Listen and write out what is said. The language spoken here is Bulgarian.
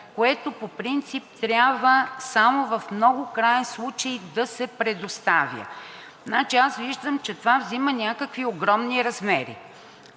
което по принцип трябва само в много краен случай да се предоставя. Виждам, че това взима някакви огромни размери.